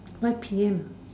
five PM